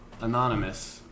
anonymous